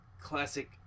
classic